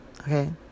Okay